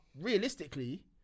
realistically